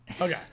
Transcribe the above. Okay